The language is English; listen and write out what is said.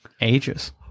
Ages